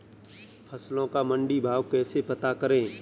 फसलों का मंडी भाव कैसे पता करें?